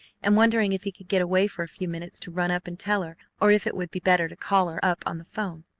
and wondering if he could get away for a few minutes to run up and tell her or if it would be better to call her up on the phone.